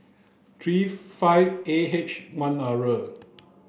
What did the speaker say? three five A H one R row